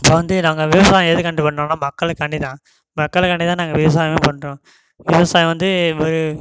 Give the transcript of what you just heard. இப்போ வந்து நாங்கள் விவசாயம் எதுக்காண்டி பண்ணுறோன்னா மக்களுக்காண்டி தான் மக்களுக்காண்டி தான் நாங்க ள்விவசாயமே பண்ணுறோம் விவசாயம் வந்து இப்போ